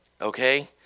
Okay